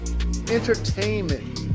entertainment